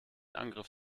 angriff